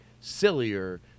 sillier